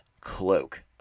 Cloak